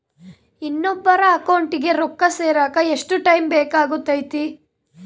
ಇನ್ನೊಬ್ಬರ ಅಕೌಂಟಿಗೆ ರೊಕ್ಕ ಸೇರಕ ಎಷ್ಟು ಟೈಮ್ ಬೇಕಾಗುತೈತಿ?